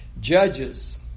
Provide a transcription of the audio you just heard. Judges